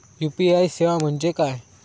UPI सेवा म्हणजे काय?